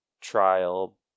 Trial